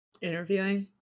Interviewing